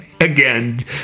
Again